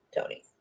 Tony